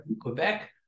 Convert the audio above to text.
Quebec